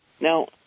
Now